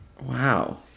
Wow